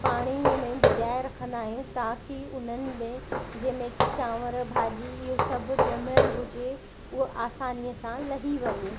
पाणीअ में भिजाए रखंदा आहियूं ताकि उन्हनि में जंहिं में चांवर भाॼी इहो सभु ॼमयल हुजे उहो आसानीअ सां लही वञे